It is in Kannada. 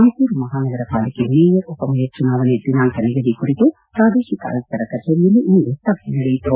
ಮೈಸೂರು ಮಹಾನಗರ ಪಾಲಿಕೆ ಮೇಯರ್ ಉಪಮೇಯರ್ ಚುನಾವಣೆ ದಿನಾಂಕ ನಿಗದಿ ಕುರಿತು ಪ್ರಾದೇಶಿಕ ಆಯುಕ್ತರ ಕಚೇರಿಯಲ್ಲಿ ಇಂದು ಸಭೆ ನಡೆಯಿತು